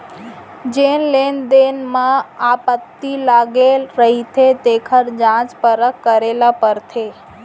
जेन लेन देन म आपत्ति लगे रहिथे तेखर जांच परख करे ल परथे